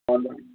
हा हा